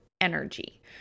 energy